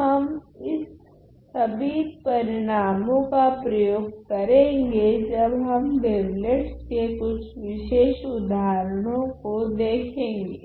हम इस सभी परिणामो का प्रयोग करेगे जब हम वेवलेट्स के कुछ विशेष उदाहरणो को देखेगे